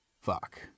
fuck